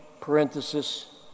parenthesis